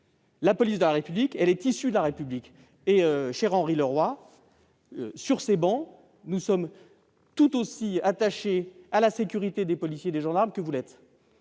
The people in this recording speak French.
La police de la République est issue de la République. D'ailleurs, cher Henri Leroy, sur ces travées, nous sommes tout aussi attachés à la sécurité des policiers et des gendarmes que vous.